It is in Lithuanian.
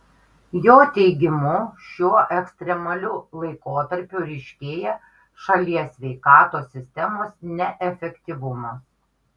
jo teigimu šiuo ekstremaliu laikotarpiu ryškėja šalies sveikatos sistemos neefektyvumas